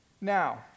Now